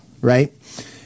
right